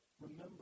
remember